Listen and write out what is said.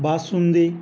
basundi